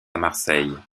marseille